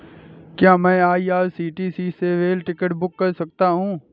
क्या मैं आई.आर.सी.टी.सी से रेल टिकट बुक कर सकता हूँ?